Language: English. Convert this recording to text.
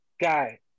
guy